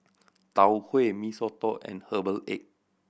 Tau Huay Mee Soto and herbal egg